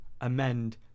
amend